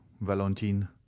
valentine